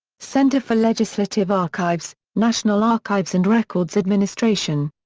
center for legislative archives, national archives and records administration.